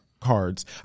cards